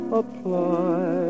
apply